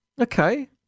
Okay